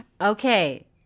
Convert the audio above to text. Okay